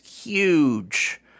huge